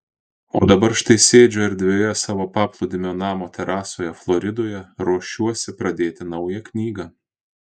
o dabar štai sėdžiu erdvioje savo paplūdimio namo terasoje floridoje ruošiuosi pradėti naują knygą